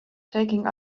taking